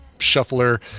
shuffler